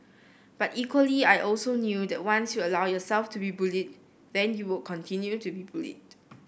but equally I also knew that once you allow yourself to be bullied then you will continue to be bullied